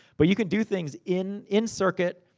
but you can do things in in circuit,